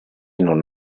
non